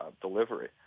delivery